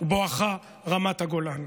בואכה רמת הגולן.